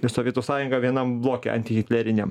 ir sovietų sąjunga vienam bloke antihitleriniam